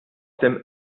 dem